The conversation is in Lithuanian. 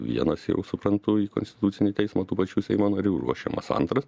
vienas jau suprantu į konstitucinį teismą tų pačių seimo narių ruošiamas antras